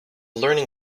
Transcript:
learning